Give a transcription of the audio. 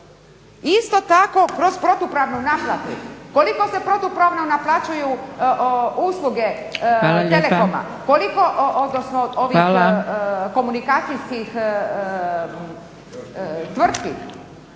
Isto tako kroz protupravnu naplatu. Koliko se protupravno naplaćuju usluge telekoma? Koliko, odnosno ovih komunikacijskih tvrtki?